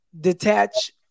Detach